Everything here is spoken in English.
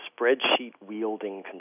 spreadsheet-wielding